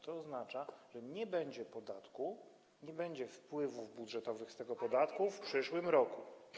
To oznacza, że nie będzie podatku, nie będzie wpływów budżetowych z tego podatku w przyszłym roku.